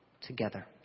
together